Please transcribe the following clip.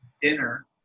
dinner